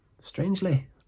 strangely